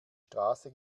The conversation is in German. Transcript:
straße